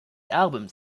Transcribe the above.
albums